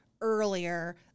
earlier